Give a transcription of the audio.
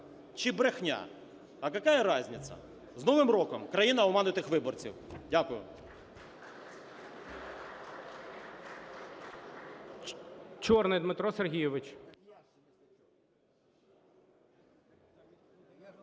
чи брехня? А какая разница. З Новим роком, країна "оманутих" виборців! Дякую.